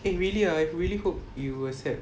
eh really ah I really hope he will accept